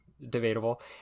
debatable